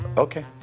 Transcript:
ah okay.